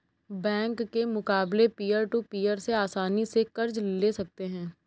bank के मुकाबले peer to peer से आसनी से कर्ज ले सकते है